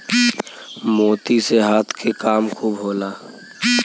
मोती से हाथ के काम खूब होला